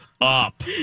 up